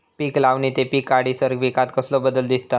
पीक लावणी ते पीक काढीसर पिकांत कसलो बदल दिसता?